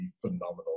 phenomenal